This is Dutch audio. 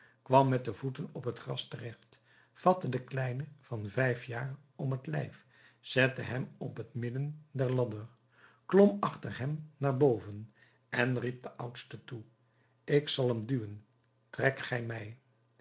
kwam met de voeten op het gras terecht vatte den kleine van vijf jaar om het lijf zette hem op t midden der ladder klom achter hem naar boven en riep den oudste toe ik zal hem duwen trek gij